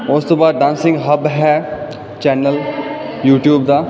ਉਸ ਤੋਂ ਬਾਅਦ ਡਾਂਸਿੰਗ ਹੱਬ ਹੈ ਚੈਨਲ ਯੂਟੀਊਬ ਦਾ